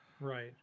right